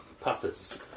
Puffers